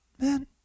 Man